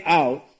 out